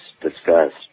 discussed